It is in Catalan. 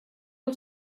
del